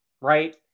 right